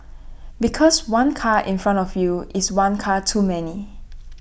because one car in front of you is one car too many